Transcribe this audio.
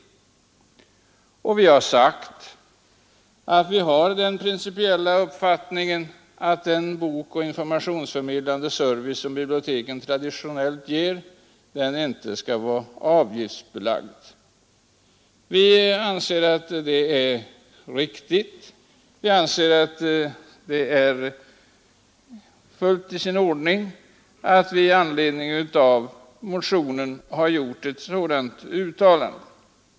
Vi har i utskottsbetänkandet sagt att vi har den principiella uppfattningen att den bokoch informationsförmedlande service som biblioteken traditionellt ger inte skall vara avgiftsbelagd. Vi anser att detta är riktigt och att det är fullt i sin ordning att vi i anledning av motionen har gjort ett sådant uttalande.